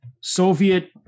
Soviet